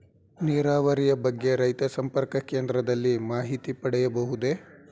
ನೀರಾವರಿಯ ಬಗ್ಗೆ ರೈತ ಸಂಪರ್ಕ ಕೇಂದ್ರದಲ್ಲಿ ಮಾಹಿತಿ ಪಡೆಯಬಹುದೇ?